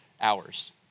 hours